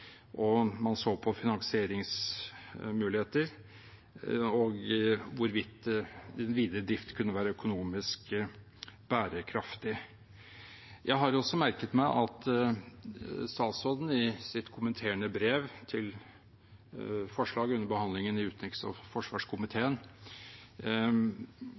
og man så på finansieringsmuligheter og hvorvidt den videre drift kunne være økonomisk bærekraftig. Jeg har også merket meg at statsråden i sitt kommenterende brev til forslaget under behandlingen i utenriks- og